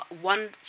one